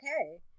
okay